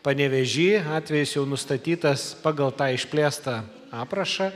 panevėžy atvejis jau nustatytas pagal tą išplėstą aprašą